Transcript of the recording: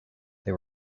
they